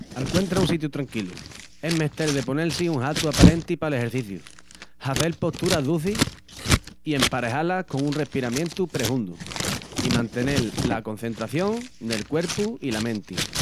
Alcuentra un sitiu tranquilu, es mestel de ponel-si un hatu aparenti pal exerciciu, hazel posturas duçis i emparejá-las con un respiramientu prehundu i mantenel la concentración nel cuerpu i la menti.